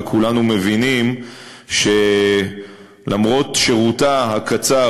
וכולנו מבינים שלמרות שירותה הקצר,